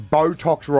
Botox